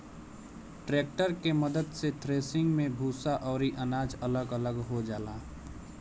tractor के मद्दत से थ्रेसिंग मे भूसा अउरी अनाज अलग अलग हो जाला